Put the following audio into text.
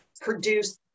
produce